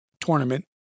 tournament